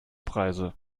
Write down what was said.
preise